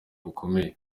bukomeye